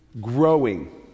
growing